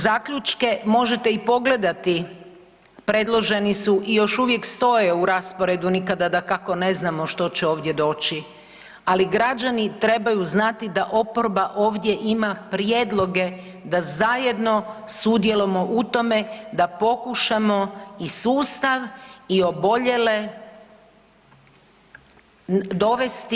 Zaključke možete i pogledati, predloženi su i još uvijek stoje u rasporedu, nikada dakako ne znamo što će ovdje doći, ali građani trebaju znati da oporba ovdje ima prijedloge da zajedno sudjelujemo u tome da pokušamo i sustav i oboljele dovesti